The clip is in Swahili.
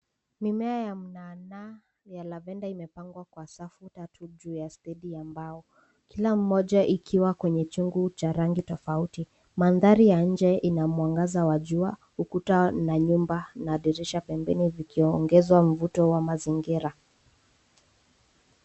Mimea ya mnana ya lavendar imepangwa kwa safu tatu juu ya stendi ya mbao. Kila moja ikiwa kwenye chungu cha rangi tofauti. Mandhari ya nje ina mwangaza wa jua. Ukuta, na nyumba, na dirisha pembeni vikiongeza mvuto wa mazingira.